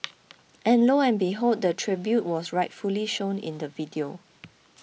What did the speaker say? and lo and behold the tribute was rightfully shown in the video